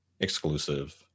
Exclusive